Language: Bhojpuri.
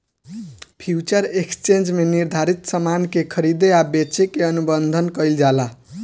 फ्यूचर एक्सचेंज में निर्धारित सामान के खरीदे आ बेचे के अनुबंध कईल जाला